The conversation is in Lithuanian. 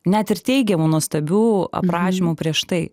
net ir teigiamų nuostabių aprašymų prieš tai